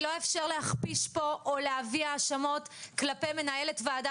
לא אאפשר להכפיש או להביא האשמות כלפי מנהלת ועדה